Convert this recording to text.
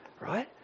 right